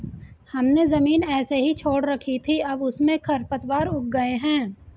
हमने ज़मीन ऐसे ही छोड़ रखी थी, अब उसमें खरपतवार उग गए हैं